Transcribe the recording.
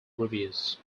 reviews